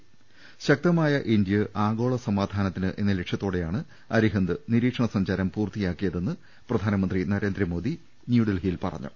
ശക്തമായ ഇന്തൃ ആഗോള സമാധാനത്തിന് എന്ന ലക്ഷ്യത്തോടെയാണ് അരിഹന്ത് നിരീക്ഷണ സഞ്ചാരം പൂർത്തിയാക്കിയതെന്ന് പ്രധാനമന്ത്രി നരേന്ദ്രമോദി ന്യൂഡൽഹി യിൽ പറഞ്ഞു